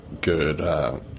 good